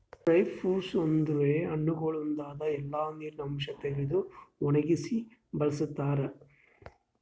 dry fruits ಅಂದುರ್ ಹಣ್ಣಗೊಳ್ದಾಂದು ಎಲ್ಲಾ ನೀರಿನ ಅಂಶ ತೆಗೆದು ಒಣಗಿಸಿ ಬಳ್ಸತಾರ್